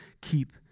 keep